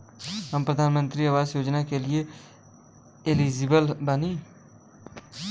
हम प्रधानमंत्री आवास योजना के लिए एलिजिबल बनी?